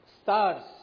Stars